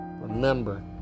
remember